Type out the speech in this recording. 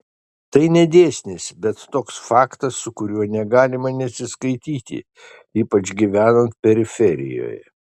tai ne dėsnis bet toks faktas su kuriuo negalima nesiskaityti ypač gyvenant periferijoje